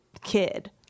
kid